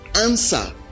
answer